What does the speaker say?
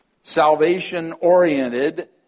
salvation-oriented